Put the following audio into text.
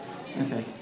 Okay